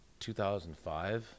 2005